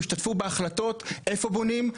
ישתתפו בהחלטות איפה בונים,